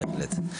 בהחלט.